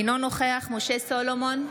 אינו נוכח משה סולומון,